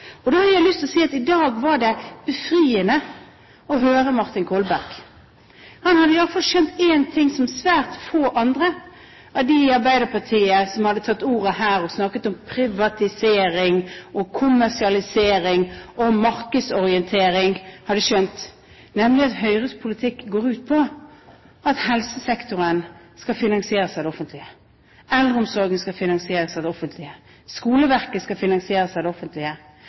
partier. Da har jeg lyst til å si at i dag var det befriende å høre Martin Kolberg. Han hadde i hvert fall skjønt en ting som svært få andre av de i Arbeiderpartiet som tok ordet her og snakket om privatisering, kommersialisering og markedsorientering, hadde skjønt – nemlig at Høyres politikk går ut på at helsesektoren skal finansieres av det offentlige. Eldreomsorgen skal finansieres av det offentlige. Skoleverket skal finansieres av det offentlige.